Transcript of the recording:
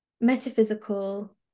metaphysical